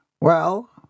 Well